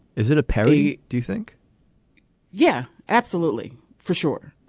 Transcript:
is it a perry do you think yeah absolutely for sure.